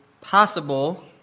possible